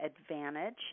Advantage